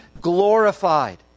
glorified